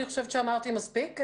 אני חושבת שאמרתי מספיק.